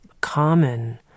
common